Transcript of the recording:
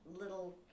little